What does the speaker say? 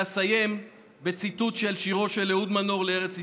ואסיים בציטוט של שירו של אהוד מנור לארץ ישראל: